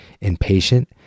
impatient